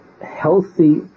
healthy